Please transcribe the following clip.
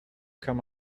come